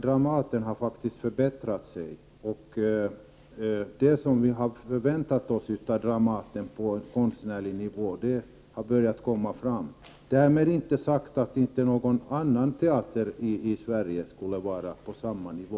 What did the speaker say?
Dramaten har faktiskt förbättrat sig, och det som vi har förväntat oss av Dramaten på konstnärlig nivå har börjat komma fram. Därmed inte sagt att inte någon annan teater i Sverige skulle vara på samma nivå.